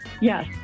Yes